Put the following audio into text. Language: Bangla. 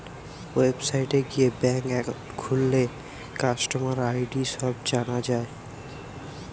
ওয়েবসাইটে গিয়ে ব্যাঙ্ক একাউন্ট খুললে কাস্টমার আই.ডি সব জানা যায়